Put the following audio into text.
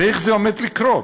ואיך זה עומד לקרות?